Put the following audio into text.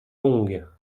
longues